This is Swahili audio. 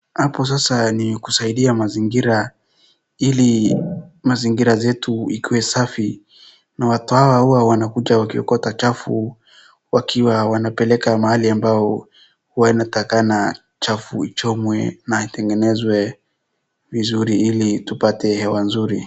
Hapo sasa ni kusaidia mazingira ili mazingira zetu ikuwe safi. Na watu hawa huwa wanakuja wakiokota chafu wakiwa wanapeleka mahali ambao huwa inatakana chafu ichomwe na itengenezwe vizuri ili tupate hewa nzuri.